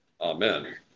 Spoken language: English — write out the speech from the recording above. amen